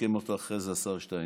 ויסכם אותו אחרי זה השר שטייניץ.